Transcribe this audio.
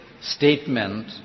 statement